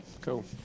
Cool